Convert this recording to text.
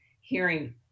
hearing